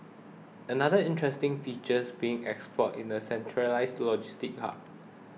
another interesting feature being explored in a centralised logistics hub